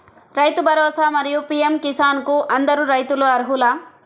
రైతు భరోసా, మరియు పీ.ఎం కిసాన్ కు అందరు రైతులు అర్హులా?